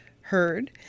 heard